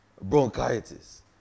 Bronchitis